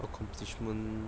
accomplishment